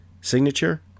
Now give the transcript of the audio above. signature